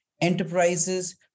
enterprises